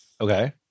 okay